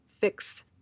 fix